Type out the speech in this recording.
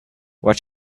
what